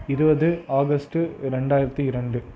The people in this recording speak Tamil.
இருபது ஆகஸ்ட்டு ரெண்டாயிரத்தி இரண்டு